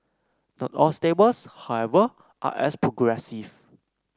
not all stables however are as progressive